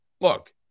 look